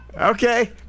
Okay